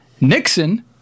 Nixon